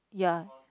ya